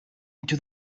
into